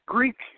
Greek